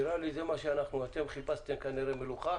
אתם חיפשתם מלוכה